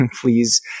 please